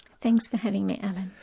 thanks for having me alan.